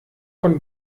von